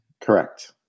Correct